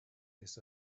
this